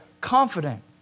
confident